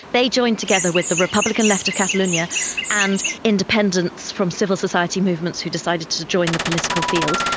they joined together with the republican left of catalonia and independents from civil society movements who decided to join the political field,